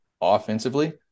offensively